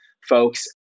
folks